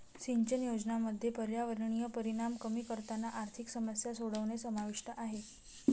सिंचन योजनांमध्ये पर्यावरणीय परिणाम कमी करताना आर्थिक समस्या सोडवणे समाविष्ट आहे